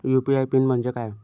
UPI PIN म्हणजे काय?